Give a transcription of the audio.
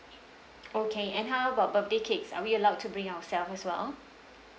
okay and how about birthday cakes are we allowed to bring ourselves as well